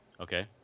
Okay